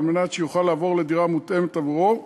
על מנת שיוכל לעבור לדירה מותאמת עבורו,